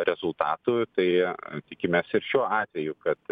rezultatų tai tikimės ir šiuo atveju kad